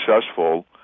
successful